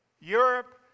Europe